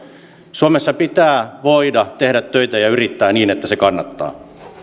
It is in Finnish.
suomessa pitää voida tehdä töitä ja yrittää niin että se kannattaa